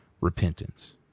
repentance